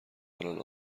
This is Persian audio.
دارند